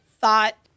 thought